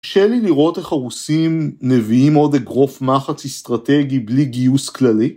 קשה לי לראות איך הרוסים מביאים עוד אגרוף מחץ אסטרטגי בלי גיוס כללי